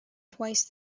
twice